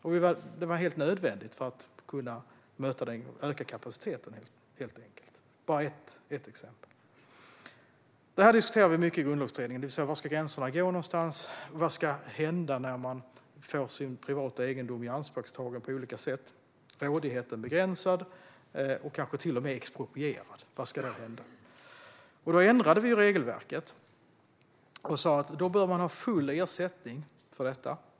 Detta var helt nödvändigt för att kunna öka kapaciteten. I Grundlagsutredningen diskuterade vi mycket om var gränserna ska gå någonstans och om vad som ska hända när man får sin privata egendom ianspråktagen på olika sätt - det kan handla om att rådigheten över den blir begränsad eller kanske till och med att den blir exproprierad. Då ändrade vi regelverket och sa att man bör få full ersättning för egendomen.